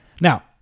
Now